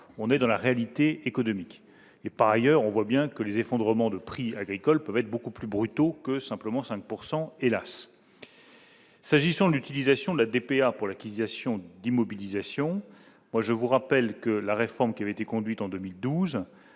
on est dans la réalité économique et par ailleurs on voit bien que les effondrements de prix agricoles peuvent être beaucoup plus brutaux que simplement 5 pourcent hélas. S'agissant de l'utilisation de l'AD-PA pour l'équitation d'immobilisation, moi, je vous rappelle que la réforme qui avait été conduite en 2012,